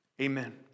Amen